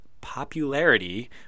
popularity